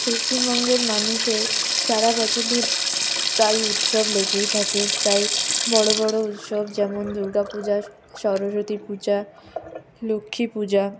পশ্চিমবঙ্গের মানুষের সারা বছর ধরে প্রায় উৎসব লেগেই থাকে তাই বড়ো বড়ো উৎসব যেমন দুর্গাপূজা সরস্বতীপূজা লক্ষ্মীপূজা